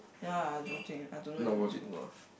ya I don't think I don't know even is it worth